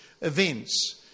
events